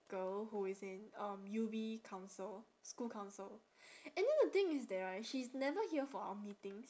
girl who is in um U_B council school council and then the thing is that right she is never here for our meetings